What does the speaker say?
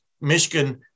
Michigan –